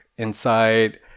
inside